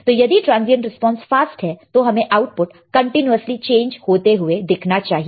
तो यदि transient response fast है तो हमें आउटपुट कंटीन्यूअसली चेंज होते हुए दिखना चाहिए